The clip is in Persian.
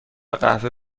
قهوه